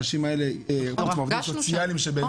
נפגשנו שם.